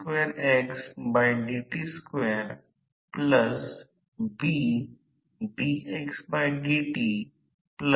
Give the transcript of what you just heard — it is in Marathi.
तर हे ट्रान्सफॉर्मर संख्यात्मक म्हणून इंडक्शन मशीन चे समकक्ष मापदंड आहे परंतु आपण या गोष्टीला वाढविण्यासाठी किंवा विभाजक SE1 लिहू शकतो ही गोष्ट म्हणून अंश आणि विभाजित करा